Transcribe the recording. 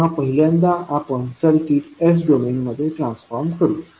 तेव्हा पहिल्यांदा आपण सर्किट s डोमेनमध्ये ट्रान्सफॉर्म करू